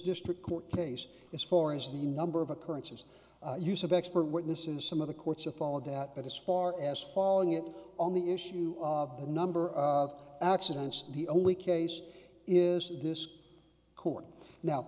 district court case as far as the number of occurrences use of expert witnesses some of the courts are followed that as far as following it on the issue of the number of accidents the only case is this court now